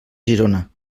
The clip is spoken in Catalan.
girona